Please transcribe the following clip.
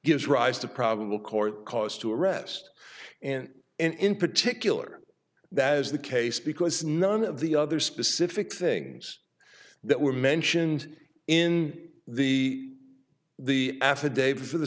gives rise to probable court cause to arrest and in particular that is the case because none of the other specific things that were mentioned in the the affidavit for the